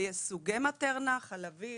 ויש סוגי מטרנה חלבי,